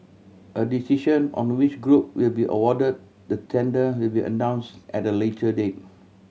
a decision on which group will be awarded the tender will be announced at a later date